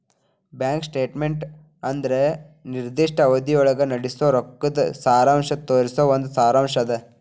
bank statement ಅಂದ್ರ ನಿರ್ದಿಷ್ಟ ಅವಧಿಯೊಳಗ ನಡಸೋ ರೊಕ್ಕದ್ ಸಾರಾಂಶ ತೋರಿಸೊ ಒಂದ್ ಸಾರಾಂಶ್ ಅದ